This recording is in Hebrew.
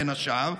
בין השאר,